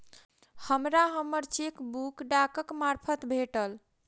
हमरा हम्मर चेकबुक डाकक मार्फत भेटल